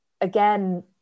again